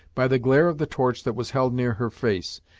by the glare of the torch that was held near her face,